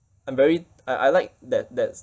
I'm very I I like that that's